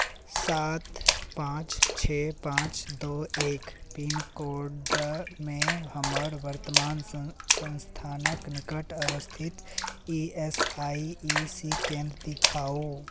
सात पाँच छओ पाँच दू एक पिनकोडमे हमर वर्तमान स्थानक निकट अवस्थित ई एस आई सी केन्द्र देखाउ